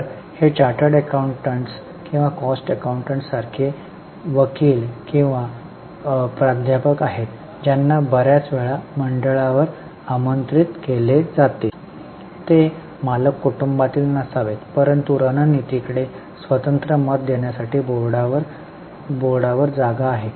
तर हे chartered accountants किंवा कॉस्ट अकाउंटंट्ससारखे वकील किंवा प्राध्यापक आहेत ज्यांना बर्याच वेळा मंडळावर आमंत्रित केले जाते ते मालक कुटूंबातील नसावेत परंतु रणनीतीकडे स्वतंत्र मत देण्यासाठी बोर्डवर जागा आहे